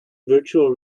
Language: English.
virtual